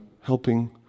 helping